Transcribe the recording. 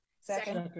Second